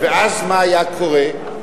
ואז מה היה קורה?